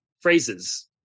phrases